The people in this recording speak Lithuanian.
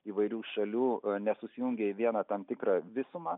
įvairių šalių nesusijungia į vieną tam tikrą visumą